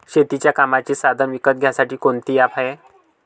शेतीच्या कामाचे साधनं विकत घ्यासाठी कोनतं ॲप हाये का?